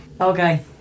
okay